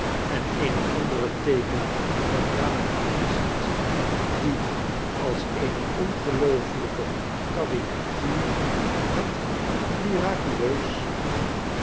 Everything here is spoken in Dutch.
en eene andere teekening van raphael beziet die als eene ongeloofelijke caricatuur het miraculeus